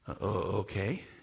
Okay